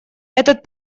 этот